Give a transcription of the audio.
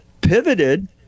pivoted